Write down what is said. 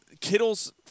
Kittle's –